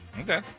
Okay